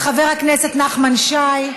חבר הכנסת נחמן שי,